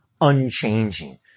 unchanging